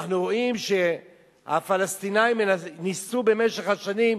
אנחנו רואים שהפלסטינים ניסו במשך השנים,